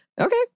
Okay